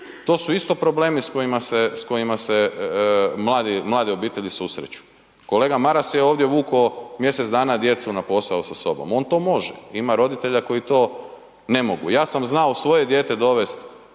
To su isto problemi s kojima se mlade obitelji susreću. Kolega Maras je ovdje vukao mjesec dana djecu na posao sa sobom, on to može, ima roditelja koji to ne mogu. Ja sam znao svoje dijete dovest